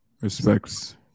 respects